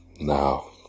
now